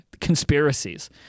conspiracies